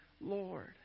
Lord